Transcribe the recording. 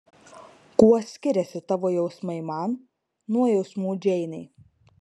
kuo skiriasi tavo jausmai man nuo jausmų džeinei